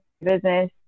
business